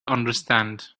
understand